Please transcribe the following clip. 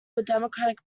democratic